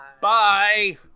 Bye